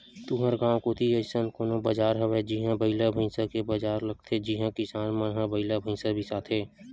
तुँहर गाँव कोती अइसन कोनो बजार हवय जिहां बइला भइसा के बजार लगथे जिहां किसान मन ह बइला भइसा बिसाथे